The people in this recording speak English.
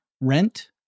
rent